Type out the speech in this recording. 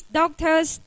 doctors